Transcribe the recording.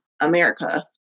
America